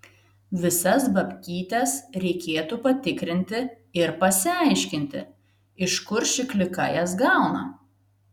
visas babkytes reikėtų patikrinti ir pasiaiškinti iš kur ši klika jas gauna